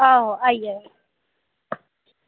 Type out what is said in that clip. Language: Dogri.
आहो आई जायो